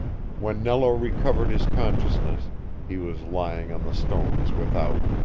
when nello recovered his consciousness he was lying on the stones without,